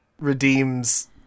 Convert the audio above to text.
redeems